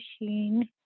machine